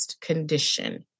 condition